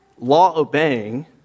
Law-obeying